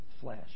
flesh